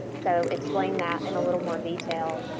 so explain that in a little more detail,